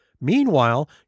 Meanwhile